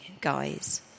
guys